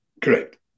Correct